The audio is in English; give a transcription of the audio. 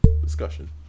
discussion